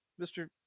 Mr